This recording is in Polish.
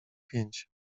pięć